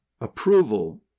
approval